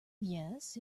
yes